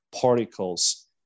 particles